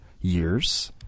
years